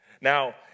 Now